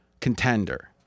contender